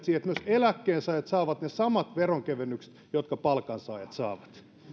siihen että myös eläkkeensaajat saavat ne samat veronkevennykset jotka palkansaajat saavat